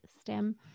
stem